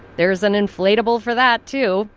there's an inflatable for that, too.